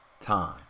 Time